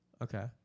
Okay